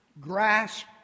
grasp